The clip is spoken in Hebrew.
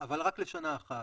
אבל רק לשנה אחת.